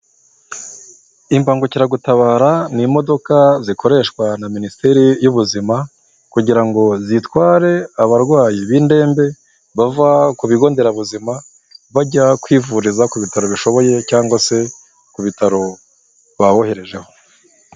Imbangukiragutabara ni imodoka zikoreshwa na minisiteri y'ubuzima, kugira ngo zitware abarwayi b'indembe, bava ku bigo nderabuzima bajya kwivuriza ku bitaro bishoboye cyangwa se ku bitaro baboherejeho.